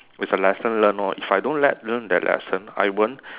was a lesson learnt lor if I don't le~ learn that lesson I won't